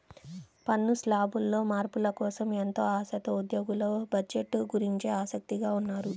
పన్ను శ్లాబుల్లో మార్పుల కోసం ఎంతో ఆశతో ఉద్యోగులు బడ్జెట్ గురించి ఆసక్తిగా ఉన్నారు